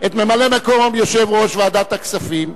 את ממלא-מקום יושב-ראש ועדת הכספים,